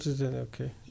Okay